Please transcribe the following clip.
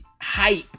hype